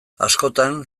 askotan